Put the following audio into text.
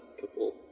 couple